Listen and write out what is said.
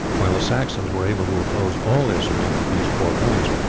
while the saxons were able to oppose all their strength at these four points.